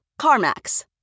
CarMax